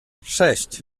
sześć